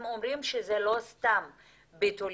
הם אומרים שזה לא סתם ביטולים,